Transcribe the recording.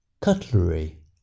Cutlery